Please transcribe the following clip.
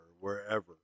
wherever